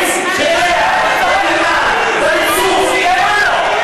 עבדנו בשפריץ, בטיח, בבניין, בריצוף, מה לא?